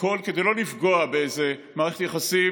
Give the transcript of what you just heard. הכול כדי לא לפגוע במערכת יחסים.